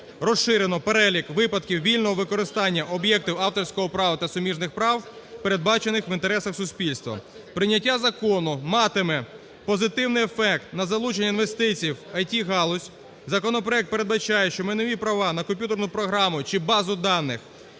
розширено перелік випадків вільного використання об'єктів авторського права та суміжних прав, передбачених в інтересах суспільства. Прийняття закону матиме позитивний ефект на залучення інвестицій в IT-галузь. Законопроект передбачає, що майнові права на комп'ютерну програму чи базу даних,